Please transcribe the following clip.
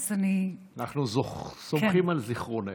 אנחנו סומכים על זיכרונך.